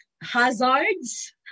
hazards